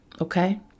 Okay